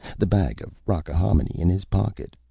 the bag of rockahominy in his pocket.